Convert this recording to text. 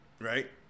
right